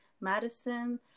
Madison